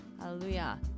Hallelujah